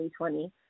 2020